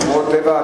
שמורות טבע,